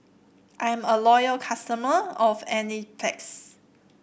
I'm a loyal customer of Enzyplex